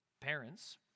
parents